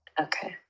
Okay